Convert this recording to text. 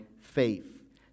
faith